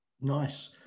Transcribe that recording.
Nice